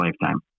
lifetime